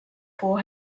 for